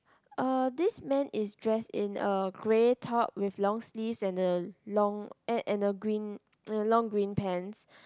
uh this man is dressed in a grey top with long sleeves and a long and and a green and a long green pants